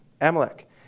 Amalek